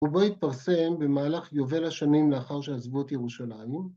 ובו התפרסם במהלך יובל השנים ‫לאחר שעזבו את ירושלים.